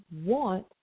want